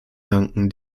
danken